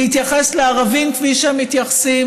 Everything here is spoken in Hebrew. להתייחס לערבים כפי שהם מתייחסים,